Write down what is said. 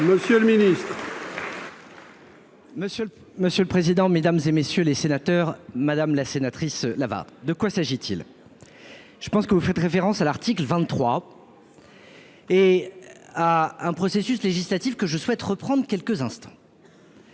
Monsieur le monsieur le président, Mesdames et messieurs les sénateurs, madame la sénatrice là-bas de quoi s'agit-il, je pense que vous faites référence à l'article 23. Et à un processus législatif que je souhaite reprendre quelques instants.